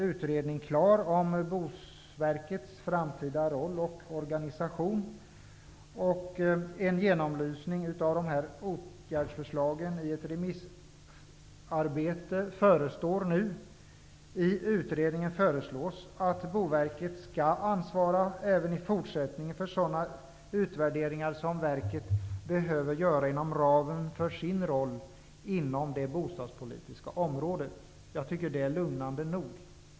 Utredningen om Boverkets framtida roll och organisation är nu klar, och nu förestår en genomlysning av utredningens åtgärdsförslag genom ett remissarbete. I utredningen föreslås att Boverket även i fortsättningen skall ansvara för sådana utvärderingar som verket behöver göra inom ramen för sin roll inom det bostadspolitiska området. Jag tycker att det är lugnande nog.